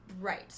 Right